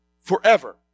forever